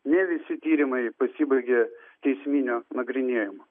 ne visi tyrimai pasibaigia teisminiu nagrinėjimu